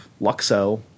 Luxo